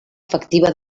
efectiva